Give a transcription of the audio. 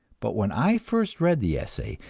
but when i first read the essay,